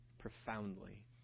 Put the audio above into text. profoundly